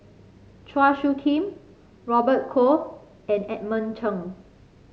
Chua Soo Khim Robert Goh and Edmund Cheng